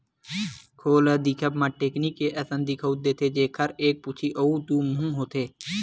खोल ह दिखब म टेकनी के असन दिखउल देथे, जेखर एक पूछी अउ दू मुहूँ होथे